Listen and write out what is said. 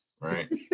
right